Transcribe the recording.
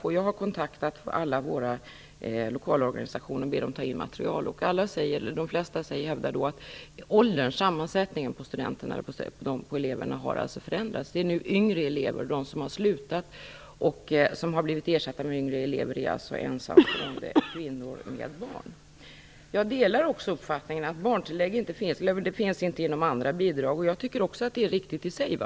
Men jag har kontaktat alla våra lokalorganisationer och bett dem ta in material, och de flesta hävdar då att elevernas sammansättning har förändrats. Det är nu yngre elever. De som har slutat och som har blivit ersatta med yngre elever är alltså ensamma kvinnor med barn. Jag delar också uppfattningen att barntilläggen inte finns inom andra bidrag. Jag tycker också att det är riktigt i sig.